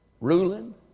ruling